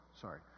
Sorry